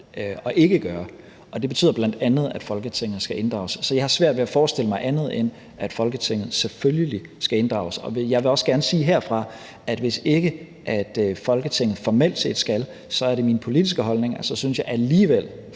og ikke kan gøre, og det betyder bl.a., at Folketinget skal inddrages. Så jeg har svært ved at forestille mig andet, end at Folketinget selvfølgelig skal inddrages, og jeg vil også gerne sige herfra, at hvis ikke Folketinget formelt set skal, er det min politiske holdning, og så synes jeg alligevel